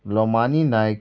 लोमानी Naik